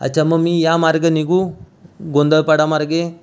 अच्छा मग मी ह्या मार्गे निघू गोंधळ पाडामार्गे